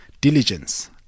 diligence